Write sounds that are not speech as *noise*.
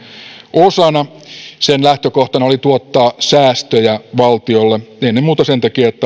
osana sen lähtökohtana oli tuottaa säästöjä valtiolle ennen muuta sen takia että *unintelligible*